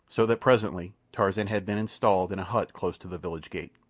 so that presently tarzan had been installed in a hut close to the village gate.